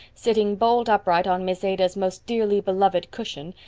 sitting bolt upright on miss ada's most dearly beloved cushion,